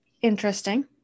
interesting